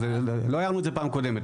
לא הערנו את זה בפעם הקודמת,